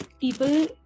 people